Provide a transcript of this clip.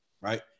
right